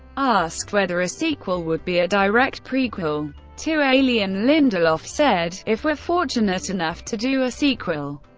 asked whether a sequel would be a direct prequel to alien, lindelof said if we're fortunate enough to do a sequel.